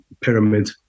pyramid